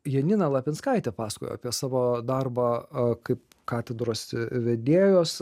janina lapinskaitė pasakojo apie savo darbą kaip katedros vedėjos